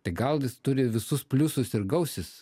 tai gal jis turi visus pliusus ir gausis